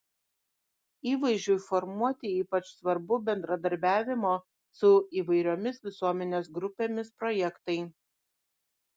įvaizdžiui formuoti ypač svarbu bendradarbiavimo su įvairiomis visuomenės grupėmis projektai